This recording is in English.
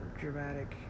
dramatic